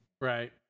Right